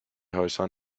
horizon